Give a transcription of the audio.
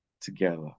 together